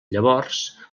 llavors